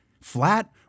flat